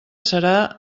serà